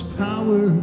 power